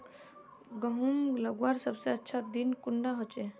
गहुम लगवार सबसे अच्छा दिन कुंडा होचे?